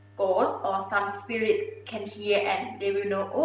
ghosts or some spirit can hear, and they will know,